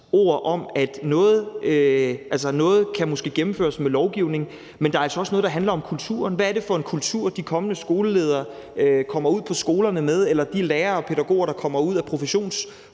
ord om, at noget måske kan gennemføres med lovgivning, men at der altså også er noget, der handler om kulturen. Hvad er det for en kultur, de kommende skoleledere kommer ud på skolerne med, eller de lærere og pædagoger, der kommer ud af